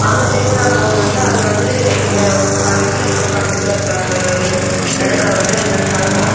அந்த திருவிழாவும்போது வந்து அது வந்து இங்கே பரிக்கலுக்கு பக்கத்தில் இருக்க ஒரு இடத்துல வந்து அது வந்து நடக்கும்